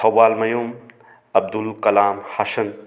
Thoubalmayum Abdul Kalam Hasan